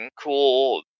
cool